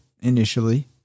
initially